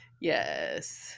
Yes